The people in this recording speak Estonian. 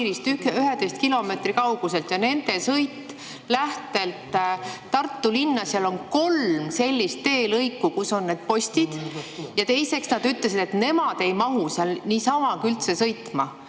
11 kilomeetri kaugusel. Nende sõidul Lähtelt Tartu linna on kolm sellist teelõiku, kus on need postid. Ja teiseks nad ütlesid, et nemad ei mahu seal niisamagi üldse sõitma,